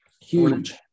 Huge